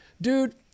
Dude